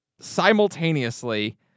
simultaneously